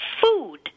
food